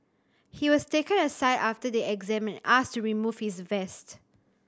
he was taken aside after the exam asked to remove his vest